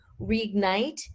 reignite